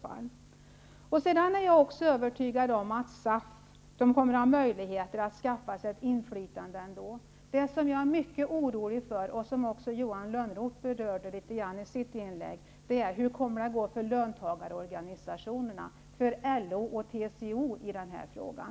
Jag är också övertygad om att SAF kommer ha möjlighet att skaffa sig ett inflytade ändå. Johan Lönnroth berörde något i sitt inlägg som jag är mycket orolig för. Hur kommer det att gå för löntagarorganisationerna, LO och TCO, i den här frågan?